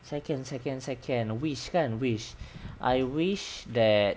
second second second which kind of wish I wish that